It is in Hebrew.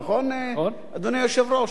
נכון, אדוני היושב-ראש?